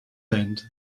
end